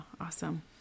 Awesome